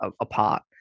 apart